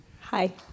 Hi